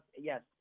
yes